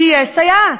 תהיה סייעת.